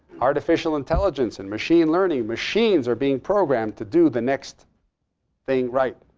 artificial intelligence and machine learning machines are being programmed to do the next thing right.